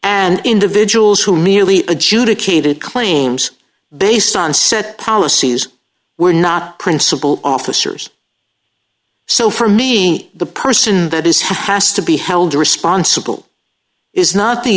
and individuals who merely adjudicated claims based on set policies were not principle officers so for me the person that is has to be held responsible is not the